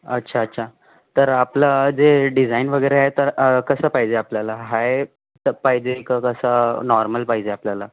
अच्छा अच्छा तर आपलं जे डिझाईन वगैरे आहे तर कसं पाहिजे आपल्याला हाय त पाहिजे का कसं नॉर्मल पाहिजे आपल्याला